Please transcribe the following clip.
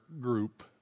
group